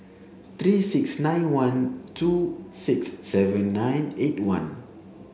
three six nine one two six seven nine eight one